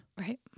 Right